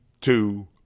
two